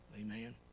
Amen